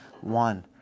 one